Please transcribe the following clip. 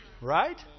Right